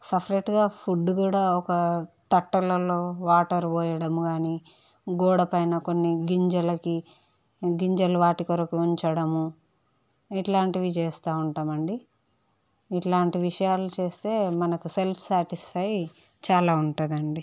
సపరేట్గా ఫుడ్ కూడా ఒక తట్టలలో వాటర్ పోయడం కానీ గోడ పైన కొన్ని గింజలకి గింజలు వాటి కొరకు ఉంచడం ఇలాంటివి చేస్తు ఉంటాం అండి ఇలాంటి విషయాలు చేస్తే మనకి సెల్ఫ్ సాటిస్ఫై చాలా ఉంటుంది అండి